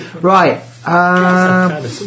Right